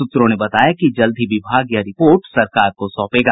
सूत्रों ने बताया कि जल्द ही विभाग यह रिपोर्ट सरकार को सौंपेगा